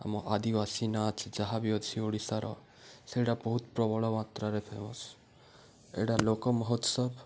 ଆମ ଆଦିବାସୀ ନାଚ୍ ଯାହା ବି ଅଛି ଓଡ଼ିଶାର ସେଇଟା ବହୁତ ପ୍ରବଳ ମାତ୍ରାରେ ଫେମସ୍ ଏଇଟା ଲୋକ ମହୋତ୍ସବ